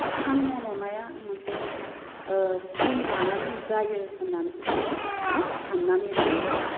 सान मन'नाया मोनसे ओह सम लानानै जायो होननानैसो जों दा मा साननानै लायो आरो